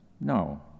No